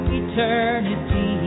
eternity